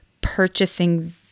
purchasing